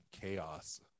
chaos